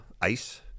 Ice